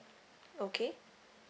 okay